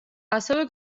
ასევე